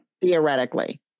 Theoretically